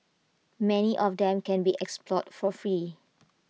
many of them can be explored for free